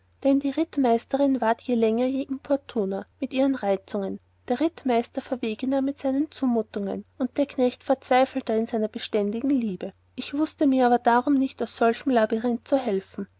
dann die rittmeisterin ward je länger je importuner mit ihren reizungen der rittmeister verwegener mit seinen zumutungen und der knecht verzweifelter in seiner beständigen liebe ich wußte mir aber darum nicht aus solchem labyrinth zu helfen